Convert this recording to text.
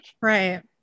Right